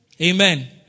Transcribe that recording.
Amen